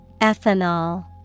Ethanol